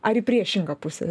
ar į priešingą pusę